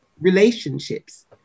relationships